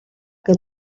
que